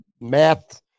math